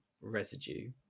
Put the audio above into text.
residue